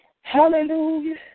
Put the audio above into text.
Hallelujah